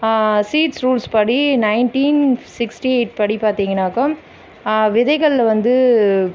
seeds rules படி nineteen sixty eight படி பார்த்தீங்கன்னாக்கா விதைகள் வந்து